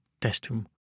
testum